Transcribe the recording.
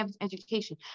education